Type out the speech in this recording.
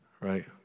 Right